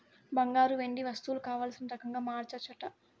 బంగారు, వెండి వస్తువులు కావల్సిన రకంగా మార్చచ్చట